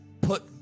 put